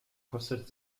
kostet